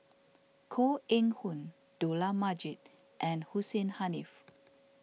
Koh Eng Hoon Dollah Majid and Hussein Haniff